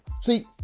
See